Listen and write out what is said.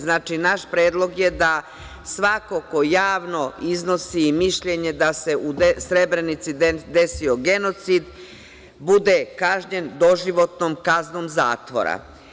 Znači, naš predlog je da svako ko javno iznosi mišljenje da se u Srebrenici desio genocid, bude kažnjen doživotnom kaznom zatvora.